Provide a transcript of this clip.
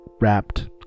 wrapped